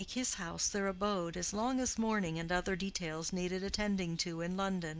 and make his house their abode as long as mourning and other details needed attending to in london.